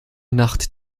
nacht